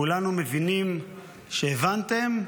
כולנו מבינים שהבנתם,